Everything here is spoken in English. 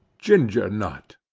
ginger nut.